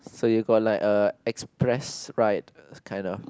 so you got like uh express right kind of